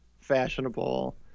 fashionable